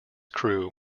crew